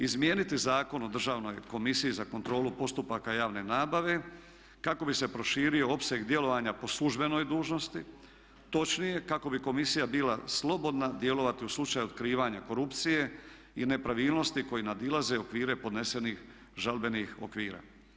Izmijeniti Zakon o Državnoj komisiji za kontrolu postupaka javne nabave kako bi se proširio opseg djelovanja po službenoj dužnosti, točnije kako bi komisija bila slobodna djelovati u slučaju otkrivanja korupcije i nepravilnosti koji nadilaze okvire podnesenih žalbenih okvira.